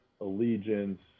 allegiance